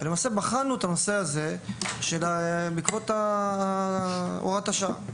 ולמעשה בחנו את הנושא הזה בעקבות הוראת השעה.